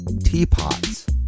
teapots